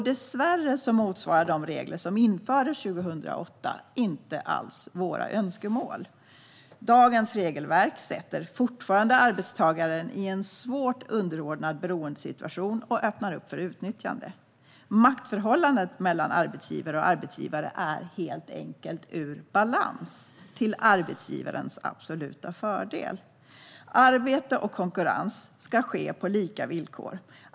Dessvärre motsvarar de regler som infördes 2008 inte alls våra önskemål. Dagens regelverk sätter fortfarande arbetstagaren i en svårt underordnad beroendesituation och öppnar för utnyttjande. Maktförhållandet mellan arbetsgivare och arbetstagare är helt enkelt ur balans, till arbetsgivarens absoluta fördel. Arbete och konkurrens ska ske på lika villkor.